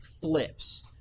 flips